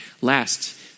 last